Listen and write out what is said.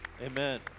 Amen